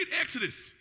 Exodus